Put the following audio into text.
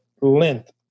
length